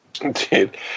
Indeed